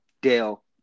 Dale